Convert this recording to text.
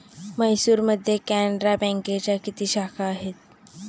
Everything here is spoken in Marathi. म्हैसूरमध्ये कॅनरा बँकेच्या किती शाखा आहेत?